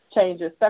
changes